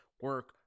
Work